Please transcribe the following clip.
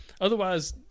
Otherwise